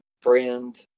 friend